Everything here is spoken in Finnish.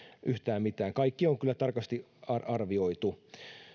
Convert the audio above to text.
yhtään mitään kaikki on kyllä tarkasti arvioitu